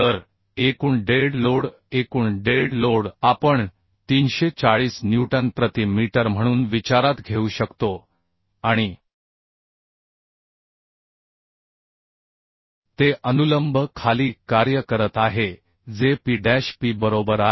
तर एकूण dead load एकूण डेड लोड आपण 340 न्यूटन प्रति मीटर म्हणून विचारात घेऊ शकतो आणि ते अनुलंब खाली कार्य करत आहे जे P डॅश P बरोबर आहे